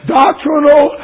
doctrinal